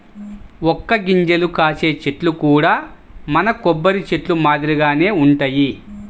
వక్క గింజలు కాసే చెట్లు కూడా మన కొబ్బరి చెట్లు మాదిరిగానే వుంటయ్యి